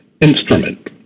instrument